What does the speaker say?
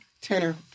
Tanner